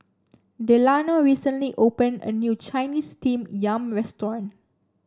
Delano recently opened a new Chinese Steamed Yam restaurant